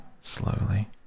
Slowly